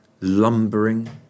lumbering